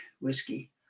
Whiskey